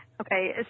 okay